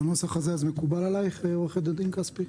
הנוסח הזה מקובל עליך, עורכת הדין כספי?